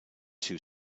two